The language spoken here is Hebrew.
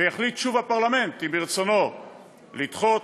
ויחליט שוב הפרלמנט אם ברצונו לדחות,